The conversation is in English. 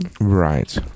right